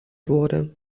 wurde